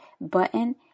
button